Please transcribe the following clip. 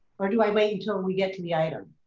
or do i wait until we get to the item?